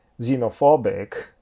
xenophobic